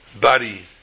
body